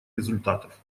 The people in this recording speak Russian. результатов